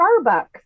Starbucks